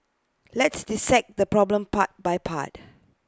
let's dissect the problem part by part